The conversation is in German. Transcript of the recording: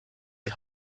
die